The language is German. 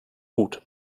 gut